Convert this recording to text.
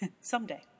someday